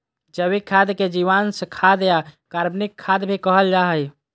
जैविक खाद के जीवांश खाद या कार्बनिक खाद भी कहल जा हइ